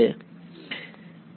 વિદ્યાર્થી